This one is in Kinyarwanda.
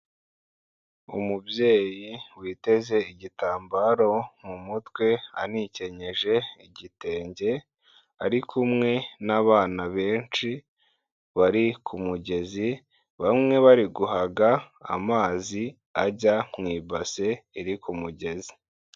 Umubyeyi witeze igitambaro mu mutwe anikenyeje igitenge, ari kumwe n'abana benshi bari ku mugezi, bamwe bari guhaga amazi ajya mu ibase iri ku mugezi.